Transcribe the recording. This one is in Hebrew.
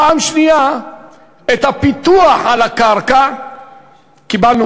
פעם שנייה את הפיתוח על הקרקע קיבלנו